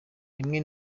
rimwe